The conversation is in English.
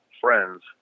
friends